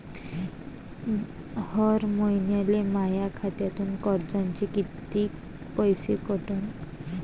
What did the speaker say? हर महिन्याले माह्या खात्यातून कर्जाचे कितीक पैसे कटन?